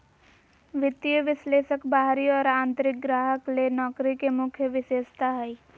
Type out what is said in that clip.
वित्तीय विश्लेषक बाहरी और आंतरिक ग्राहक ले नौकरी के मुख्य विशेषता हइ